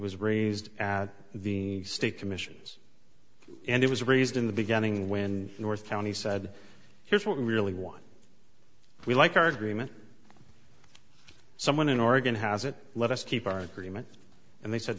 was raised at the state commissions and it was raised in the beginning when north county said here's what we really want we like our agreement someone in oregon has it let us keep our agreement and they said